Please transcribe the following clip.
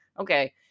okay